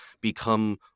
become